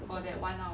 for that one hour